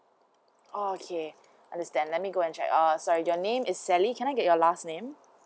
okay understand let me go and check uh sorry your name is sally can I get your last name